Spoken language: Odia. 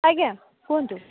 ଆଜ୍ଞା କୁହନ୍ତୁ